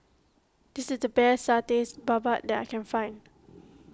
this is the best Satay Babat that I can find